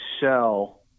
sell